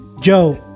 Joe